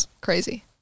crazy